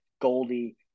Goldie